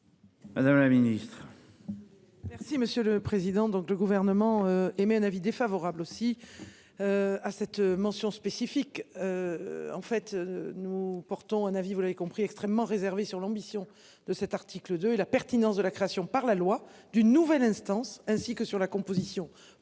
Madame la Ministre.